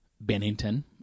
Bennington